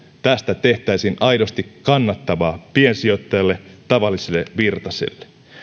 tästä tehtäisiin aidosti kannattavaa piensijoittajalle tavalliselle virtaselle